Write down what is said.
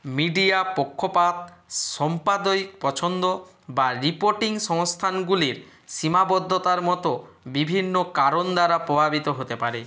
media পক্ষপাত সম্পাদয়িক পছন্দ বা রিপোর্টিং সংস্থানগুলির সীমাবদ্ধতার মতো বিভিন্ন কারণ দ্বারা প্রভাবিত হতে পারে